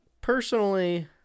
Personally